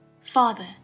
Father